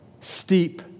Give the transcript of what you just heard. steep